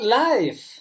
life